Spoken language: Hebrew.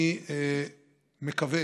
אני מקווה